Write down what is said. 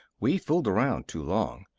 we've fooled around too long.